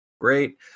great